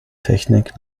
technik